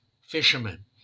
fishermen